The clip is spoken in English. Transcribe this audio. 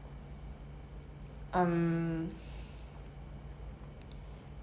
!wow! that does not inspire me to watch the movie